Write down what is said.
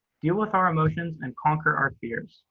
deal with our emotions, and conquer our fears.